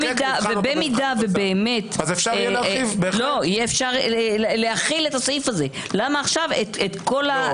ואם באמת יהיה אפשר להחיל את הסעיף הזה למה עכשיו את הכול?